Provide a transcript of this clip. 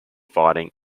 fighting